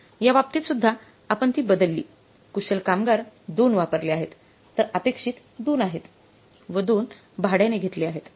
याबाबतीत सुद्धा आपण ती बदलली कुशल कामगार २ वापरले आहेत तर अपेक्षित २ आहेत व २ भाड्याने घेतले आहेत